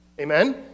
Amen